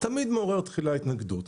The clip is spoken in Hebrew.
תמיד מעורר תחילה התנגדות.